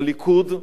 הליכוד,